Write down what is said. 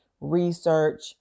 research